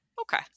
Okay